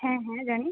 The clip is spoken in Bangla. হ্যাঁ হ্যাঁ জানি